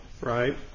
Right